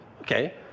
Okay